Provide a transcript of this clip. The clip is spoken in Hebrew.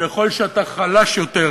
ככל שאתה חלש יותר,